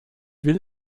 will